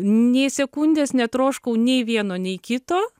nė sekundės netroškau nei vieno nei kito